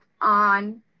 on